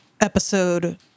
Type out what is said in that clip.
episode